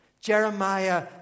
Jeremiah